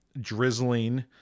drizzling